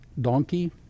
donkey